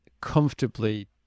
comfortably